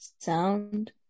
Sound